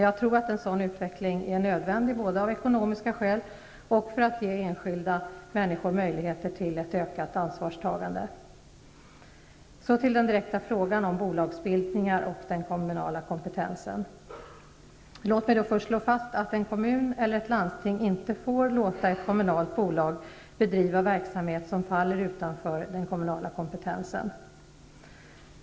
Jag tror att en sådan utveckling är nödvändig både av ekonomiska skäl och för att ge enskilda människor möjligheter till ett ökat ansvarstagande. Så till den direkta frågan om bolagsbildningar och den kommunala kompetensen. Låt mig först slå fast att en kommun eller ett landsting inte får låta ett kommunalt bolag bedriva verksamhet som faller utanför den kommunala kompetensen.